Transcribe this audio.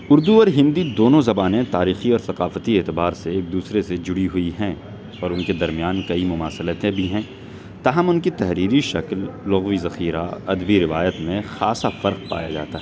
اردو اور ہندی دونوں زبانیں تاریخی اور ثقافتی اعتبار سے ایک دوسرے سے جڑی ہوئی ہیں اور ان کے درمیان کئی مماثلتیں بھی ہیں تاہم ان کی تحریری شکل لغوی ذخیرہ ادبی روایت میں خاصا فرق پایا جاتا ہے